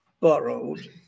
borrowed